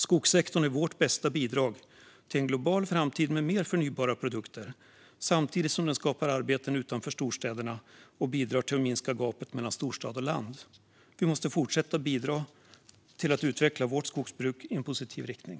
Skogssektorn är vårt bästa bidrag till en global framtid med mer förnybara produkter, samtidigt som den skapar arbeten utanför storstäderna och bidrar till att minska gapet mellan storstad och land. Vi måste fortsätta att bidra till att utveckla vårt skogsbruk i en positiv riktning.